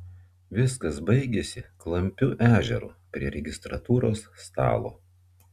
viskas baigėsi klampiu ežeru prie registratūros stalo